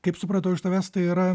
kaip supratau iš tavęs tai yra